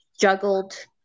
juggled